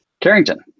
Carrington